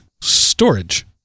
storage